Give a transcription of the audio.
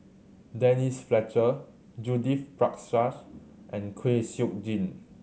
Denise Fletcher Judith Prakash and Kwek Siew Jin